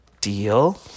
deal